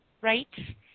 right